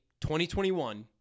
2021